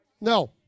No